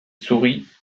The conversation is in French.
sourit